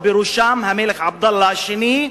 ובראשם המלך עבדאללה השני,